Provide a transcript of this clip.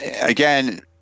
again